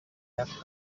have